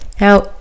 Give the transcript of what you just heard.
Now